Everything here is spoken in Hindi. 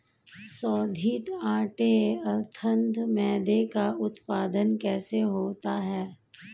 शोधित आटे अर्थात मैदे का उत्पादन कैसे होता है?